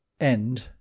End